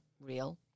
real